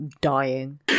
dying